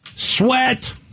sweat